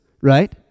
right